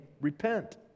Repent